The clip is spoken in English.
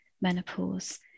menopause